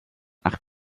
acht